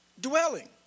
Dwelling